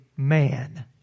Man